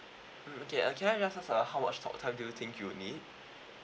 mm okay uh can I just ask uh how much talk time do you think you need